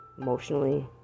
Emotionally